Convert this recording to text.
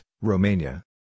Romania